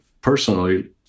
personally